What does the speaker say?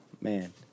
man